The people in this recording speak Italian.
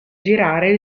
girare